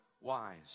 wise